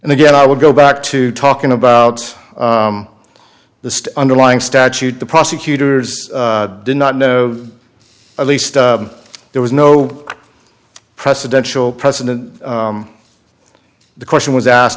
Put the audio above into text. and again i would go back to talking about the underlying statute the prosecutors did not know at least there was no precedential president the question was asked